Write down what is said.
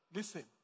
Listen